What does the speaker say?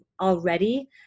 already